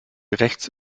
rechts